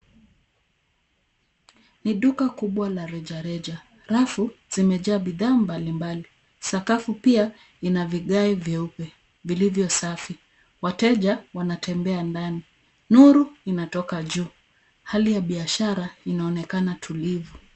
Ni duka kubwa la rejareja. Rafu zimejaa bidhaa mbalimbali. Sakafu pia ina vigae vyeupe vilivyo safi. Wateja wanatembea ndani. Nuru inatoka juu. Hali ya biashara inaonekana tulivu.